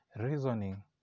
reasoning